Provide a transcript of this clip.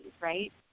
right